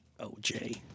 OJ